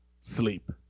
Sleep